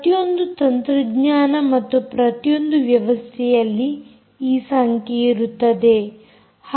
ಪ್ರತಿಯೊಂದು ತಂತ್ರಜ್ಞಾನ ಮತ್ತು ಪ್ರತಿಯೊಂದು ವ್ಯವಸ್ಥೆಯಲ್ಲಿ ಈ ಸಂಖ್ಯೆಯಿರುತ್ತದೆ